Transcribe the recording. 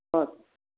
ம்